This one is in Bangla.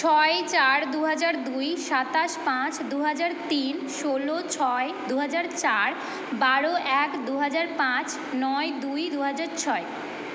ছয় চার দু হাজার দুই সাতাশ পাঁচ দু হাজার তিন ষোলো ছয় দু হাজার চার বারো এক দু হাজার পাঁচ নয় দুই দু হাজার ছয়